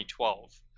2012